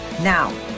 now